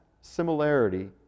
similarity